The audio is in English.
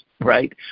Right